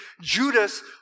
Judas